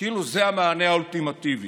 כאילו זה המענה האולטימטיבי.